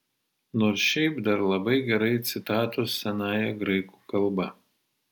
nors šiaip dar labai gerai citatos senąja graikų kalba